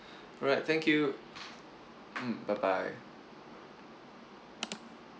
all right thank you mm bye bye